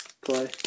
play